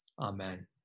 Amen